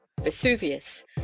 Vesuvius